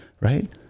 right